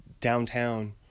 downtown